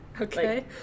okay